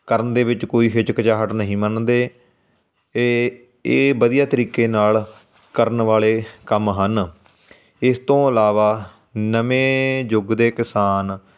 ਕਰਨ ਦੇ ਵਿੱਚ ਕੋਈ ਹਿਚਕਚਾਹਟ ਨਹੀਂ ਮੰਨਦੇ ਅਤੇ ਇਹ ਵਧੀਆ ਤਰੀਕੇ ਨਾਲ ਕਰਨ ਵਾਲੇ ਕੰਮ ਹਨ ਇਸ ਤੋਂ ਇਲਾਵਾ ਨਵੇਂ ਯੁੱਗ ਦੇ ਕਿਸਾਨ